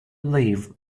live